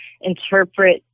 interpret